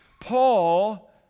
Paul